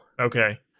Okay